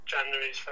January